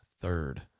third